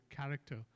character